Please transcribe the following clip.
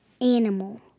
animal